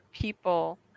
people